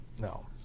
no